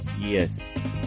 Yes